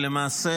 למעשה,